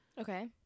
Okay